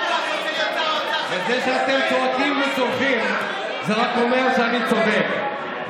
זה שאתם צועקים וצורחים זה רק אומר שאני צודק,